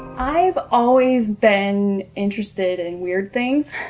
i've always been interested in weird things.